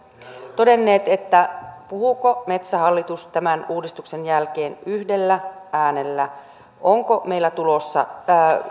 todenneet puhuuko metsähallitus tämän uudistuksen jälkeen yhdellä äänellä onko meillä tulossa